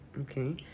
Okay